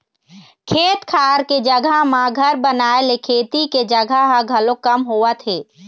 खेत खार के जघा म घर बनाए ले खेती के जघा ह घलोक कम होवत हे